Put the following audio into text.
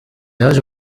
yaje